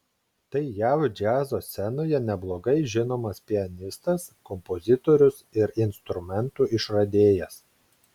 tai jav džiazo scenoje neblogai žinomas pianistas kompozitorius ir instrumentų išradėjas